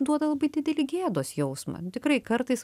duoda labai didelį gėdos jausmą nu tikrai kartais